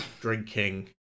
drinking